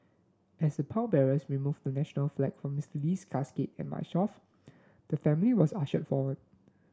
as a pallbearers removed the national flag from Mr Lee's casket and marched off the family was ushered forward